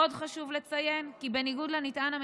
עוד חשוב לציין כי בניגוד לנטען,